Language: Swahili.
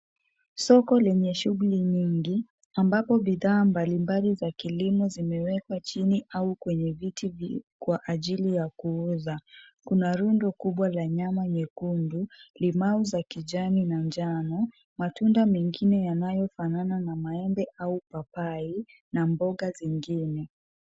Soko lenye shughuli nyingi ambapo bidhaa mbalimbali za kilimo zimewekwa chini au kwenye viti kwa ajili ya kuuza. Kuna rundo kubwa la nyama nyekundu, limau za kijani na jano, matunda mengine yanayofanana na maembe au papai na mboga zingine.